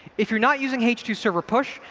if you're not using h two server push,